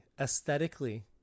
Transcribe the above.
Aesthetically